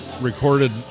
recorded